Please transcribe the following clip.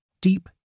Deep